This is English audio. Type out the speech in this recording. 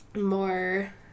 more